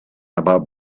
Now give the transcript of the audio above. about